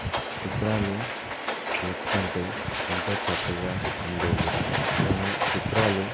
చిత్రాలు వేస్తుంటే ఎంతో చక్కగా ఉండేది మేము చిత్రాలు